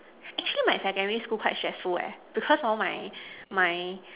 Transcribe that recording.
actually my secondary school quite stressful eh because hor my my